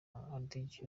hadji